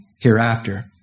hereafter